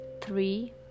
three